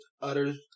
utters